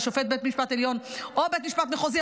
וזה שופט בית המשפט העליון או בית משפט מחוזי,